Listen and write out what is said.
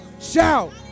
Shout